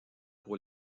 pour